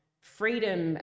freedom